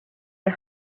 had